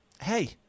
hey